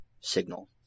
signal